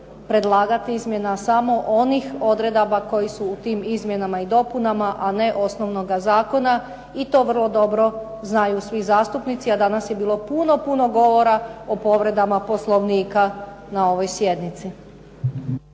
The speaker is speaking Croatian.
predlagati izmjena samo onih odredaba koji su u tim izmjenama i dopunama, a ne osnovnoga zakona. I to vrlo dobro znaju svi zastupnici, a danas je bilo puno, puno govora o povredama Poslovnika na ovoj sjednici.